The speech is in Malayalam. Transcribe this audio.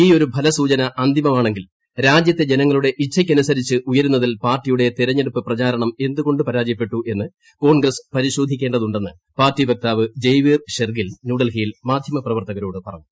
ഈയൊരു ഫലസൂചന അന്തിമമാണെങ്കിൽ രാജ്യത്തെി ജനങ്ങളുടെ ഇച്ഛക്കനുസരിച്ച് ഉയരുന്നതിൽ പ്ാർട്ടിയുടെ തെരഞ്ഞെടുപ്പ് പ്രചാരണം എന്തുകൊണ്ട് പ്രാജയപ്പെട്ടു എന്ന് കോൺഗ്രസ്സ് പരിശോ ധിക്കേണ്ടതുണ്ടെന്ന് പാർട്ടി വക്താവ് ജയ്വീർ ഷെർഗിൽ ന്യൂഡൽഹി യിൽ മാധ്യമപ്രവർത്തകരോട് പറഞ്ഞു